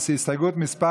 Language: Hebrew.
הסתייגות מס'